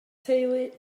teulu